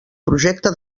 projecte